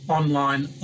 online